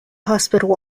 hospital